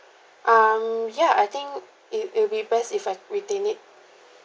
um ya I think it'll it'll be best if I retain it